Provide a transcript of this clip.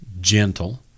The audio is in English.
gentle